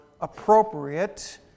appropriate